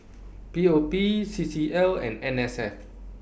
P O P C C L and N S F